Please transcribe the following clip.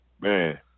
man